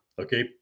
Okay